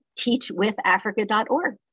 teachwithafrica.org